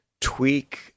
tweak